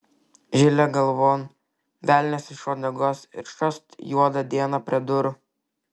žilė galvon velnias iš uodegos ir šast juoda diena prie durų